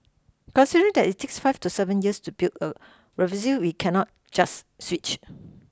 considering that it takes five to seven years to build a we cannot just switch